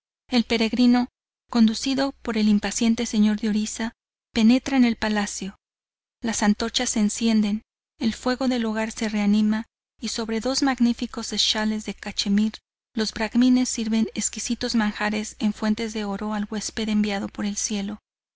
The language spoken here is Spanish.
el peregrino conducido por el impaciente señor de orisa penetra en el palacio las antorchas se encienden el fuego del hogar se reanima y sobre dos magníficos schales de cachemir los bracmines sirven exquisitos manjares en fuentes de oro al huésped enviado por el cielo